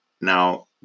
Now